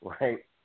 right